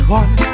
one